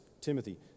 Timothy